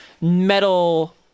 metal